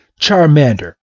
Charmander